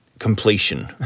completion